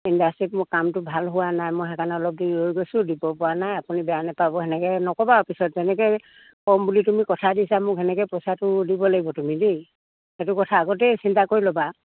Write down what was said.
ইণ্ডাষ্ট্ৰিত মোৰ কামটো ভাল হোৱা নাই মই সেইকাৰণে অলপ দেৰি ৰৈ গৈছো দিব পৰা নাই আপুনি বেয়া নোপাব সেনেকে নকবা আৰু পিছত যেনেকে কম বুলি তুমি কথা দিছা মোক সেনেকে পইচাটো দিব লাগিব তুমি দেই সেইটো কথা আগতেই চিন্তা কৰি ল'বা